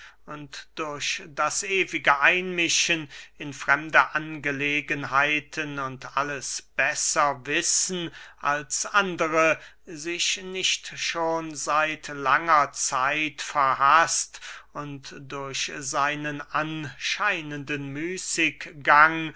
durch das ewige einmischen in fremde angelegenheiten und alles besser wissen als andere sich nicht schon seit langer zeit verhaßt und durch seinen anscheinenden müßiggang